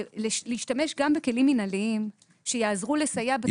להשתמש גם בכלים מינהליים שיעזרו לסייע בתופעות של החברות האלה.